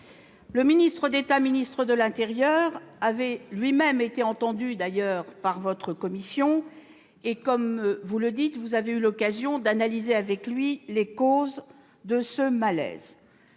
Le ministre d'État, ministre de l'intérieur, avait lui-même été entendu par cette commission d'enquête. Vous avez eu l'occasion d'analyser avec lui les causes de ce malaise.